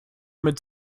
mit